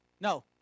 No